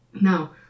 Now